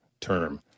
term